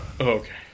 okay